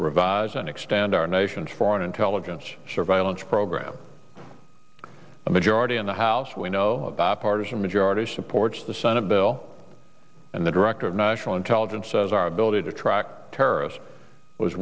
revise and extend our nation's foreign intelligence surveillance program a majority in the house we know that partisan majority supports the senate bill and the director of national intelligence says our ability to track terrorists was